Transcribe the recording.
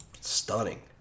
stunning